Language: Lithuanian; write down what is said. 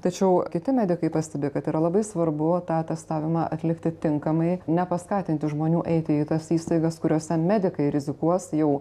tačiau kiti medikai pastebi kad yra labai svarbu tą testavimą atlikti tinkamai nepaskatinti žmonių eiti į tas įstaigas kuriose medikai rizikuos jau